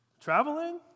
traveling